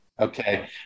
Okay